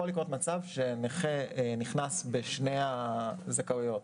יכול לקרות שנכה נכנס בשתי הזכאויות,